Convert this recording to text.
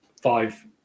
five